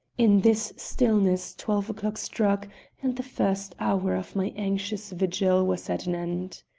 in this stillness twelve o'clock struck and the first hour of my anxious vigil was at an end.